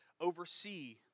oversee